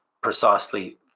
precisely